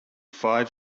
five